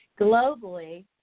Globally